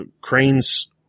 Crane's